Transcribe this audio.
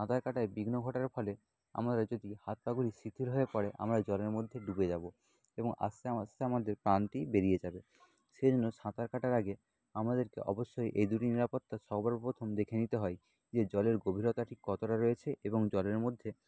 সাঁতার কাটায় বিঘ্ন ঘটার ফলে আমাদের যদি হাত পা গুলি শিথিল হয়ে পড়ে আমরা জলের মধ্যে ডুবে যাব এবং আস্তে আমার আস্তে আমাদের প্রাণটি বেরিয়ে যাবে সেই জন্য সাঁতার কাটার আগে আমাদেরকে অবশ্যই এই দুটি নিরাপত্তা সবার প্রথম দেখে নিতে হয় যে জলের গভীরতা ঠিক কতটা রয়েছে এবং জলের মধ্যে